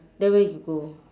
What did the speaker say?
then where you go